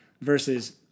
versus